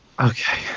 Okay